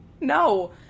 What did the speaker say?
No